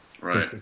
Right